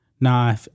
Now